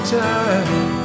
time